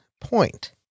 point